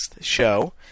show